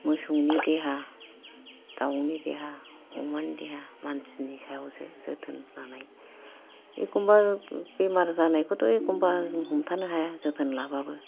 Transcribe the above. मोसौनि देहा दावनि देहा अमानि देहा मानसिनि सायावसो जोथोन लानाय एखमबा बेमार जानायखौथ' एखमबा हमथानो हाया जोथोन लाबाबो